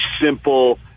simple